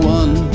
one